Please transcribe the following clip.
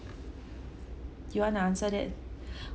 you wanna answer that